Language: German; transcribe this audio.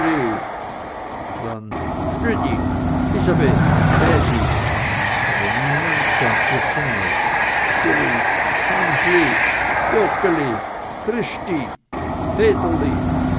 stüdi lisebet bäbi aber niemand gab bescheid sie rief hansli joggeli